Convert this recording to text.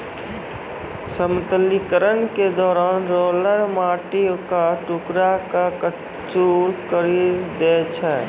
समतलीकरण के दौरान रोलर माटी क टुकड़ा क चूर करी दै छै